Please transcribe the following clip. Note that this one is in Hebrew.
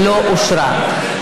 לא אושרה.